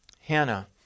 Hannah